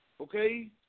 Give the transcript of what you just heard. okay